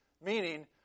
meaning